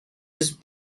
his